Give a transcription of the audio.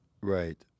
Right